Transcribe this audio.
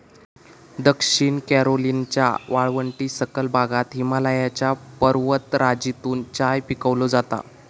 दक्षिण कॅरोलिनाच्या वाळवंटी सखल भागात हिमालयाच्या पर्वतराजीतून चाय पिकवलो जाता